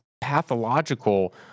pathological